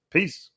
Peace